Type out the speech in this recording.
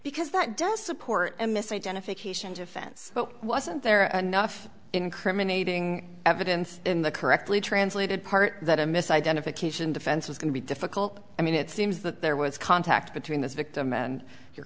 because that does support and misidentification defense but wasn't there enough incriminating evidence in the correctly translated part that a misidentification defense was going to be difficult i mean it seems that there was contact between this victim and your